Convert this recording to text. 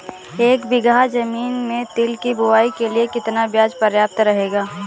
एक बीघा ज़मीन में तिल की बुआई के लिए कितना बीज प्रयाप्त रहेगा?